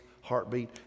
heartbeat